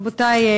רבותי,